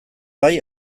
bai